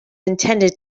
intended